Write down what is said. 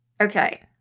Okay